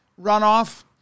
runoff